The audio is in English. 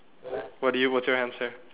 what did you what's your answer